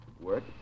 work